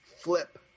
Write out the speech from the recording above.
Flip